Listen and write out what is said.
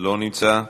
לא נמצא,